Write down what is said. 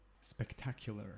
spectacular